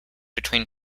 between